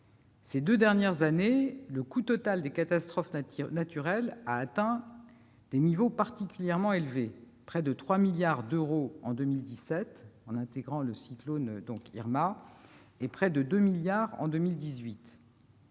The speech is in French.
Ces deux dernières années, le coût total des catastrophes naturelles a atteint des niveaux particulièrement élevés : près de 3 milliards d'euros en 2017, en intégrant le cyclone Irma, et près de 2 milliards en 2018.